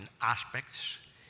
aspects